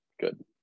good